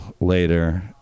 later